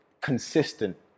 Consistent